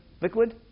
liquid